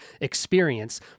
experience